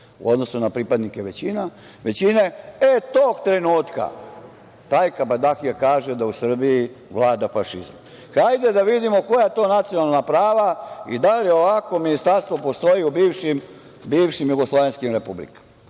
u odnosu na pripadnike većine, e, tog trenutka taj kabadahija kaže da u Srbiji vlada fašizam. Hajde da vidimo koja to nacionalne prava i da li ovako ministarstvo postoji u bivšim jugoslovenskim republikama.